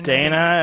Dana